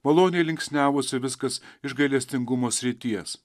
maloniai linksniavosi viskas iš gailestingumo srities